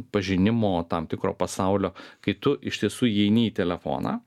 pažinimo tam tikro pasaulio kai tu iš tiesų įeini į telefoną